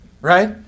right